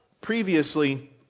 previously